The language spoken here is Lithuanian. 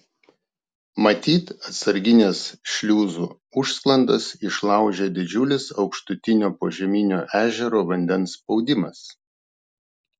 matyt atsargines šliuzų užsklandas išlaužė didžiulis aukštutinio požeminio ežero vandens spaudimas